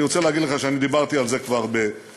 אני רוצה להגיד לך שאני דיברתי על זה כבר ב-2013,